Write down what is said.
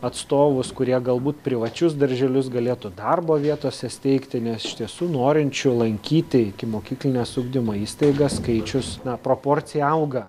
atstovus kurie galbūt privačius darželius galėtų darbo vietose steigti nes iš tiesų norinčių lankyti ikimokyklines ugdymo įstaigas skaičius na proporcija auga